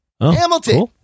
Hamilton